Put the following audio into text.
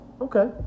Okay